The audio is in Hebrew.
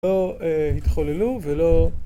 לא התחוללו ולא...